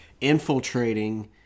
infiltrating